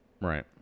Right